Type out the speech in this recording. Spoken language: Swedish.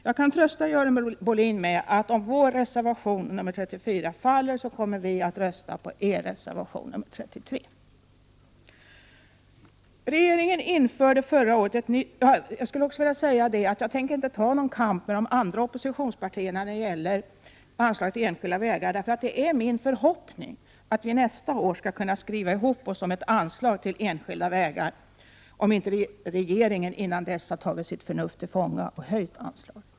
Jag kan trösta Görel Bohlin med att vi, om vår reservation nr 34 faller, kommer att rösta på moderaternas reservation nr 33. Jag tänker inte ta någon kamp med de andra oppositionspartierna när det gäller anslaget till enskilda vägar. Det är min förhoppning att vi nästa år skall kunna skriva ihop oss om ett anslag till enskilda vägar, om inte regeringen innan dess har tagit sitt förnuft till fånga och höjt anslaget.